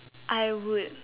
I would